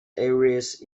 areas